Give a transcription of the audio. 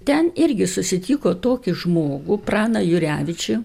ten irgi susitiko tokį žmogų praną jurevičių